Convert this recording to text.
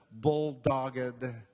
bulldogged